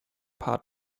paar